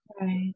right